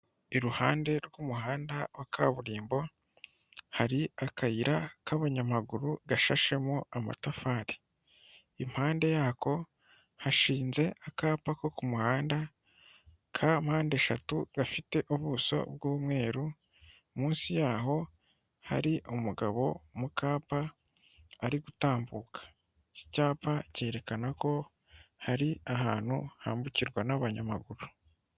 Iruhande rw'umuhanda wa kaburimbo hari akayira k'abanyamaguru gashashemo amatafari. Impande yako hashinze akapa ko ku muhanda, ka mpande eshatu gafite ubuso bw'umweru munsi yaho, hari umugabo mukapa ari gutambuka. Iki cyapa cyerekana ko hari ahantu hambukirwa n'abanyamaguru.